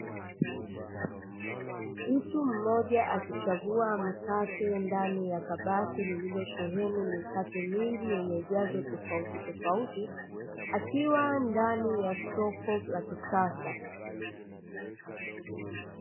Mtu mmoja akichagua mkate ndani ya kabati lililosheheni mikate mingi yenye ujazo tofautitofauti, akiwa ndani ya soko la kisasa.